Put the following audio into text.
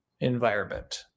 environment